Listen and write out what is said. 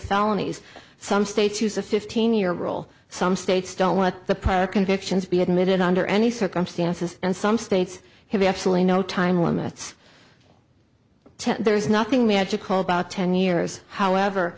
felonies some states use a fifteen year rule some states don't want the prior convictions be admitted under any circumstances and some states have actually no time limits there is nothing magical about ten years however